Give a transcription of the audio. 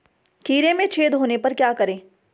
खीरे में छेद होने पर क्या करें?